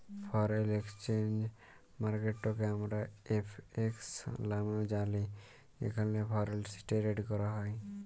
foreign exchange মার্কেটকে আমরা FX লামেও জালি যেখালে ফরেলসি টেরেড ক্যরা হ্যয়